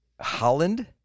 Holland